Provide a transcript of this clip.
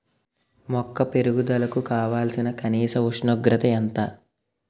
మొక్క పెరుగుదలకు కావాల్సిన కనీస ఉష్ణోగ్రత ఎంత?